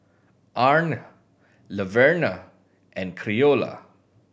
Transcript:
Arne Laverna and Creola